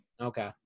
Okay